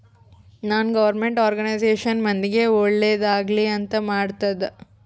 ನಾನ್ government organisation ಮಂದಿಗ್ ಒಳ್ಳೇದ್ ಆಗ್ಲಿ ಅಂತ್ ಮಾಡ್ತುದ್